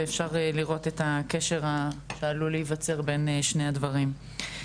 ואפשר לראות את הקשר שעלול להיווצר בין שני הדברים.